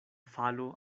falo